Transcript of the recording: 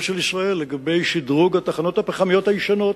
של ישראל לגבי שדרוג התחנות הפחמיות הישנות.